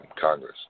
Congress